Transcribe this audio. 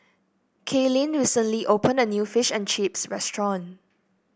Kaylynn recently opened a new Fish and Chips restaurant